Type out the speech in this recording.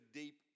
deep